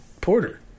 porter